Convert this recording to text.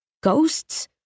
Ghosts